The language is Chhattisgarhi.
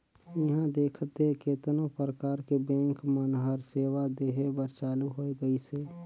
इहां देखथे केतनो परकार के बेंक मन हर सेवा देहे बर चालु होय गइसे